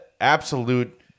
absolute